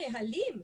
אלה הנהלים.